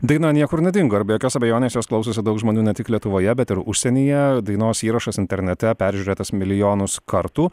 daina niekur nedingo ir be jokios abejonės jos klausosi daug žmonių ne tik lietuvoje bet ir užsienyje dainos įrašas internete peržiūrėtas milijonus kartų